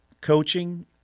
coaching